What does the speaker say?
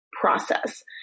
process